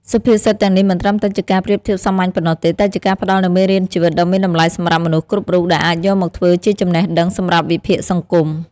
សុភាសិតទាំងនេះមិនត្រឹមតែជាការប្រៀបធៀបសាមញ្ញប៉ុណ្ណោះទេ តែជាការផ្តល់នូវមេរៀនជីវិតដ៏មានតម្លៃសម្រាប់មនុស្សគ្រប់រូប ដែលអាចយកមកធ្វើជាចំណេះដឹងសម្រាប់វិភាគសង្គម។